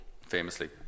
famously